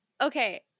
okay